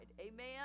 amen